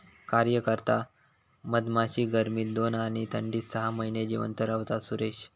कार्यकर्ता मधमाशी गर्मीत दोन आणि थंडीत सहा महिने जिवंत रव्हता, सुरेश